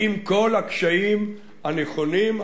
עם כל הקשיים הנכונים,